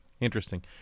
interesting